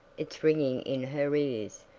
it's ringing in her ears,